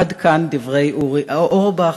עד כאן דברי אורי אורבך,